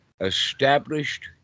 established